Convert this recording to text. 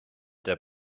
der